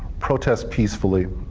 protest peacefully.